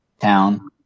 town